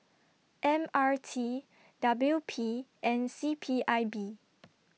M R T W P and C P I B